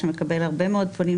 שמדבר רק על תוכניות סיוע להורים